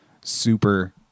super